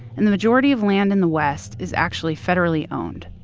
and the majority of land in the west is actually federally owned,